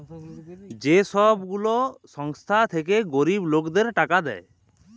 যে ছব গুলা সংস্থা থ্যাইকে গরিব লকদের টাকা দেয়